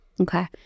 okay